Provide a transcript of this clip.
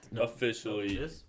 officially